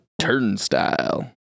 Turnstile